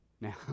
now